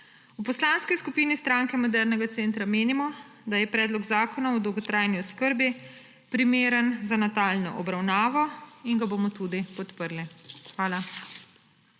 V Poslanski skupini SMC menimo, da je Predlog zakona o dolgotrajni oskrbi primeren za nadaljnjo obravnavo in ga bomo tudi podprli. Hvala.